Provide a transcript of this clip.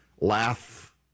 Laugh